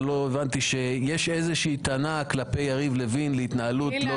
אבל לא הבנתי שיש איזושהי טענה כלפי יריב לוין להתנהלות לא תקינה.